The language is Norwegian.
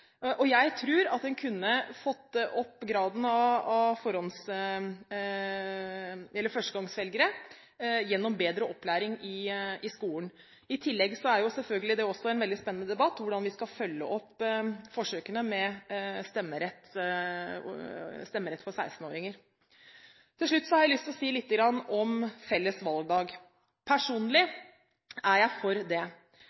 Jeg tror en kunne fått opp graden av førstegangsvelgere gjennom bedre opplæring i skolen. I tillegg er det også en veldig spennende debatt hvordan vi skal følge opp forsøkene med stemmerett for 16-åringer. Til slutt har jeg lyst til å si litt om felles valgdag. Personlig